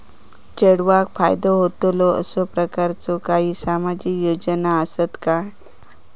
चेडवाक फायदो होतलो असो प्रकारचा काही सामाजिक योजना असात काय?